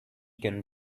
can